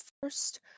first